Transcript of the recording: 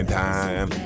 time